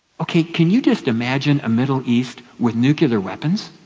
ok, can you just imagine a middle east with nuclear weapons?